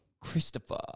Christopher